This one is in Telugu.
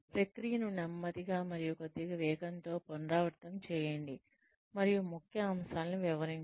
ప్రక్రియను నెమ్మదిగా మరియు కొద్దిగ వేగంతో పునరావృతం చేయండి మరియు ముఖ్య అంశాలను వివరించండి